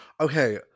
Okay